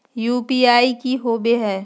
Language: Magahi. यू.पी.आई की होवे हय?